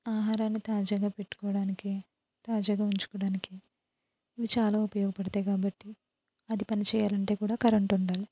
ఆహారాన్ని తాజాగా పెట్టుకోవడానికి తాజాగా ఉంచుకోవడానికి ఇవి చాలా ఉపయోగపడతాయి కాబట్టి అది పని చెయ్యాలంటే కూడా కరెంట్ ఉండాలి